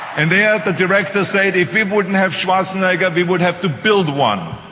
and there the director said if we wouldn't have schwarzenegger we would have to build one.